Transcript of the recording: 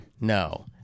No